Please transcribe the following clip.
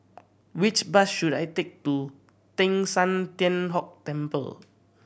which bus should I take to Teng San Tian Hock Temple